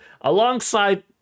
alongside